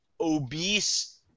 obese